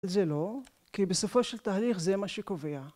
זה לא כי בסופו של תהליך זה מה שקובע.